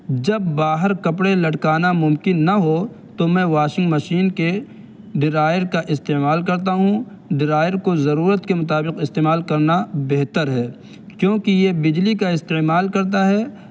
جب باہر کپڑے لٹکانا ممکن نہ ہو تو میں واشنگ مشین کے ڈرائر کا استعمال کرتا ہوں ڈرائر کو ضرورت کے مطابق استعمال کرنا بہتر ہے کیوںکہ یہ بجلی کا استعمال کرتا ہے